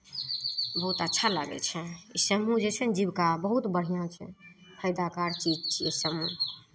बहुत अच्छा लागै छै ई समूह जे छै ने जीविका बहुत बढ़िआँ छै फायदाकार चीज छियै समूह